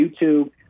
YouTube